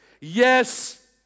Yes